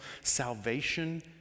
salvation